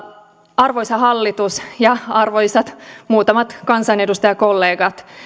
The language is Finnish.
arvoisa hallitus ja arvoisat muutamat kansanedustajakollegat